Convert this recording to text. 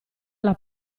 alla